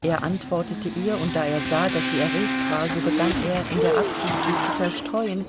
er antwortete ihr und da er sah daß sie erregt war so begann er in der absicht sie zu zerstreuen